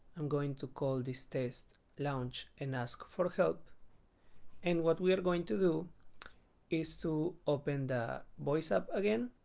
i'm going to call this test launch and ask for help and what we are going to do is to open the voice app again